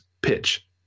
pitch